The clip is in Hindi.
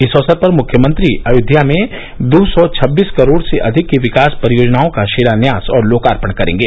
इस अवसर पर मुख्यमंत्री अयोध्या में दो सौ छबीस करोड़ से अधिक की विकास परियोजनाओं का शिलान्यास और लोकार्पण भी करेंगे